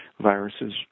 viruses